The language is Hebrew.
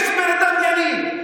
יש בן אדם ילידי,